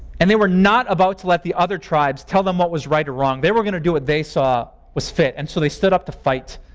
and they were not about to let the other tribes tell them what was right or wrong. they were going to do what they saw was fit and so they stood up to fight.